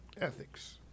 Ethics